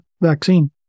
vaccine